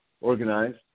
organized